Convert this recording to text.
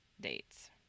dates